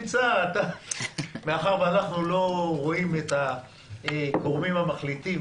מאחר ואנחנו לא רואים את הגורמים המחליטים